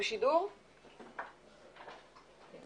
השרה להגנת הסביבה חברת הכנסת גילה גמליאל.